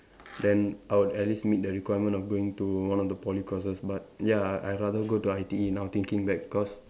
then I would at least meet the requirement of going to one of the Poly courses but ya I rather go I_T_E now thinking back cause